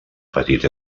petit